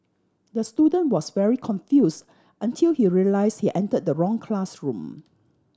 the student was very confuse until he realise he enter the wrong classroom